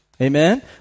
Amen